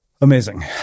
Amazing